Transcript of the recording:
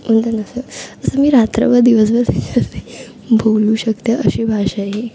त्यांना असं असं मी रात्रभर दिवसभर बोलू शकते अशी भाषा आहे ही